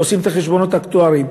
עושים את החשבונות האקטואריים.